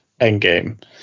Endgame